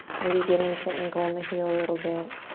maybe get into the ankle and the heel a little bit.